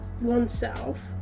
oneself